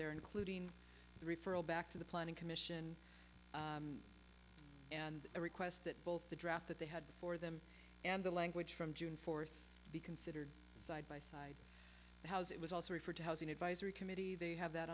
there including the referral back to the planning commission and the request that both the draft that they had before them and the language from june fourth be considered side by side house it was also referred to housing advisory committee they have that